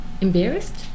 embarrassed